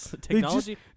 technology